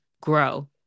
grow